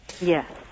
yes